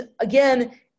again